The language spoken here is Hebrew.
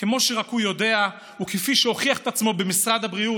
כמו שרק הוא יודע וכפי שהוכיח את עצמו במשרד הבריאות,